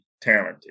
talented